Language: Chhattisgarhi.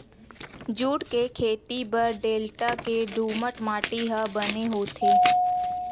जूट के खेती बर डेल्टा के दुमट माटी ह बने होथे